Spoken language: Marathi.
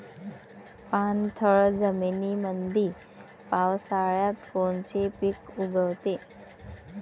पाणथळ जमीनीमंदी पावसाळ्यात कोनचे पिक उगवते?